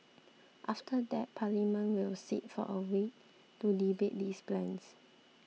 after that Parliament will sit for a week to debate these plans